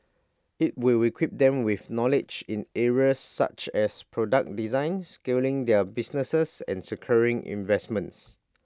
IT will we quip them with knowledge in areas such as product design scaling their businesses and securing investments